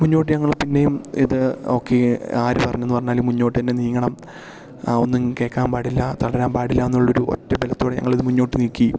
മുന്നോട്ട് ഞങ്ങൾ പിന്നെയും ഇത് ഓക്കെ ആര് പറഞ്ഞെന്ന് പറഞ്ഞാലും മുന്നോട്ട് തന്നെ നീങ്ങണം ഒന്നും കേൾക്കാൻ പാടില്ല തളരാൻ പാടില്ല എന്നുള്ള ഒരു ഒറ്റ ബലത്തോടെ ഞങ്ങളിത് മുന്നോട്ട് നീക്കി